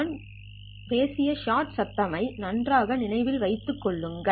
நாம் பேசிய ஷாட் சத்தம் நன்றாக நினைவில் வைத்துக் கொள்ளுங்கள்